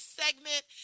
segment